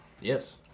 Yes